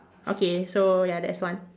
okay so ya that's one